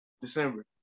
December